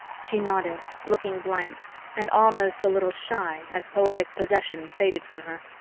she nodded, looking blank and almost a little shy as poetic possession faded from her.